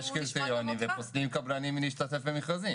יש קריטריונים ופוסלים קבלנים מלהשתתף במכרזים.